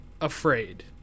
afraid